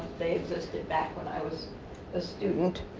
they existed back when i was a student.